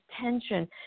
tension